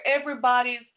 everybody's